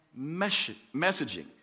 messaging